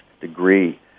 degree